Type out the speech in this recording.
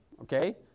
Okay